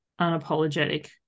unapologetic